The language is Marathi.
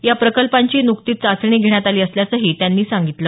या प्रकल्पांची नुकतीच चाचणी घेण्यात आली असल्याचं त्यांनी सांगितलं